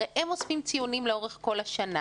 הרי הם אוספים ציונים לאורך כל השנה,